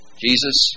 Jesus